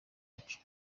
bacu